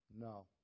no